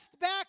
back